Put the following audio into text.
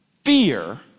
fear